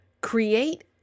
create